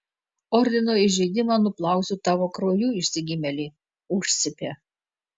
ordino įžeidimą nuplausiu tavo krauju išsigimėli užcypė